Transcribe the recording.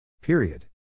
Period